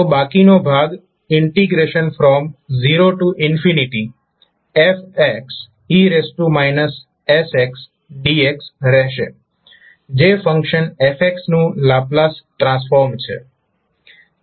તો બાકીનો ભાગ 0fe sxdx રહેશે જે ફંક્શન 𝑓𝑥 નું લાપ્લાસ ટ્રાન્સફોર્મ છે